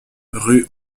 rue